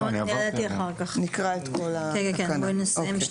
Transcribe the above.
אחר-כך, בואי נסיים.